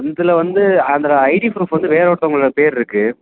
அந்துல வந்து அதில் ID proof வந்து வேற ஒருத்தவங்களோட பேர் இருக்குது